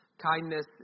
Kindness